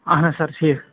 اَہَن حظ سَر ٹھیٖک